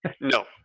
No